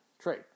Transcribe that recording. trade